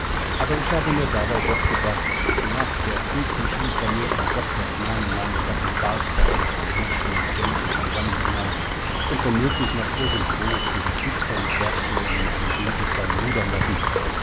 aber ich habe mir dabei doch gedacht mag der filzenschuster mir in gottes namen meine kapitalskerle von hirschen und gemsen zusammenknallen und womöglich noch irgendwo für die füchse und bergdohlen in einem winkel verludern lassen